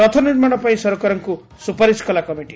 ରଥ ନିର୍ମାଣ ପାଇଁ ସରକାରଙ୍କୁ ସୁପାରିସ୍ କଲା କମିଟି